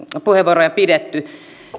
puheenvuoroja pidetty